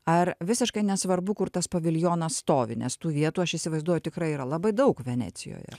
ar visiškai nesvarbu kur tas paviljonas stovi nes tų vietų aš įsivaizduoju tikrai yra labai daug venecijoje